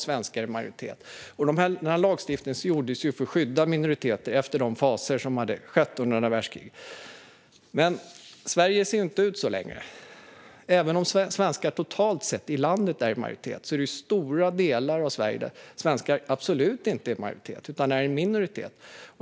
Denna lagstiftning kom till för att skydda minoriteter efter andra världskrigets fasor. Men Sverige ser som sagt inte ut så längre, och även om svenskar totalt sett i landet är i majoritet har vi stora områden där svenskar absolut inte är i majoritet utan i minoritet.